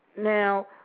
Now